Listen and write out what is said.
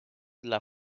dla